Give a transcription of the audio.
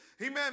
Amen